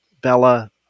bella